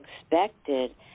expected